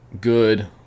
good